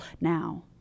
now